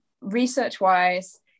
Research-wise